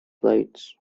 fights